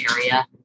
area